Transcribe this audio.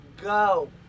Go